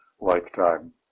lifetime